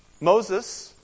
Moses